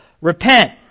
Repent